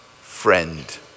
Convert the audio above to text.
friend